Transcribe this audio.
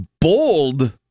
Bold